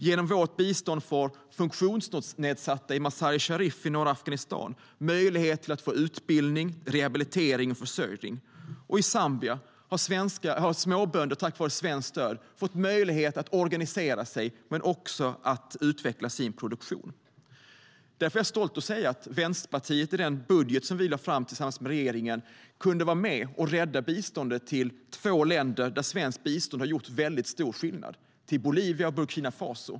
Genom vårt bistånd får funktionsnedsatta i Mazar-e Sharif i norra Afghanistan möjlighet till utbildning, rehabilitering och försörjning. I Zambia har småbönder tack vare svenskt stöd fått möjlighet att organisera sig och utveckla sin produktion. Därför är jag stolt att säga att Vänsterpartiet i den budget som vi lade fram tillsammans med regeringen kunde vara med och rädda biståndet till två länder där svenskt bistånd har gjort väldigt stor skillnad: Bolivia och Burkina Faso.